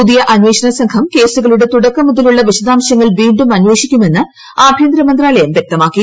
പുതിയ അന്വേഷണ സംഘം കേസുകളുടെ തുടക്കം മുതലുള്ള വിശദാംശങ്ങൾ വീ ും അന്വേഷിക്കുമെന്ന് ആഭ്യന്തര മന്ത്രാലയം വ്യക്തമാക്കി